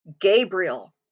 Gabriel